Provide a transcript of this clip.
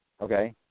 Okay